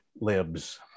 Libs